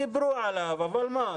דיברו עליו, אבל מה?